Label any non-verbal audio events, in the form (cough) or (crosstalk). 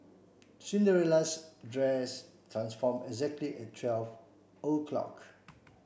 Cinderella's dress transformed exactly at twelve (unintelligible)